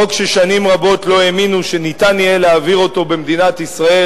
חוק ששנים רבות לא האמינו שניתן יהיה להעביר אותו במדינת ישראל,